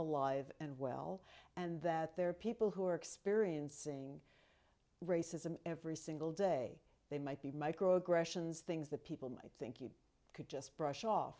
alive and well and that there are people who are experiencing racism every single day they might be micro aggressions things that people might think you could just brush off